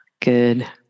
Good